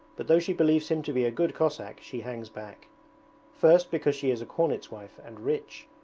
but though she believes him to be a good cossack she hangs back first because she is a cornet's wife and rich,